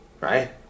Right